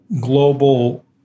Global